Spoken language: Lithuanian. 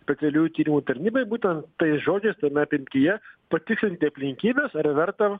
specialiųjų tyrimų tarnybai būtent tais žodžiais tame apimtyje patikslinti aplinkybes ar verta